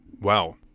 Wow